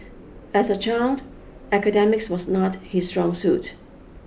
as a child academics was not his strong suit